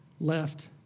left